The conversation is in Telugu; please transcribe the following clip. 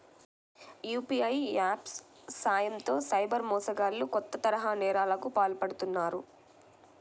యూ.పీ.ఐ యాప్స్ సాయంతో సైబర్ మోసగాళ్లు కొత్త తరహా నేరాలకు పాల్పడుతున్నారు